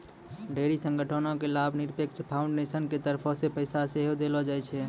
ढेरी संगठनो के लाभनिरपेक्ष फाउन्डेसन के तरफो से पैसा सेहो देलो जाय छै